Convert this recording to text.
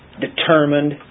determined